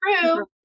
true